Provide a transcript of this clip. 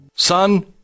Son